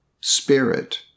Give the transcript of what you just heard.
spirit